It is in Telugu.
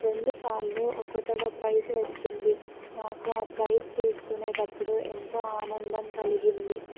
రెండుసార్లు ఒకటవ ప్రైజ్ వచ్చింది నాకు ప్రైజ్ తీసుకునేటప్పుడు ఎంతో ఆనందం కలిగింది